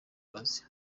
kazi